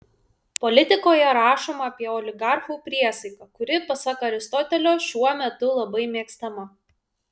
politikoje rašoma apie oligarchų priesaiką kuri pasak aristotelio šiuo metu labai mėgstama